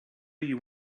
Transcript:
you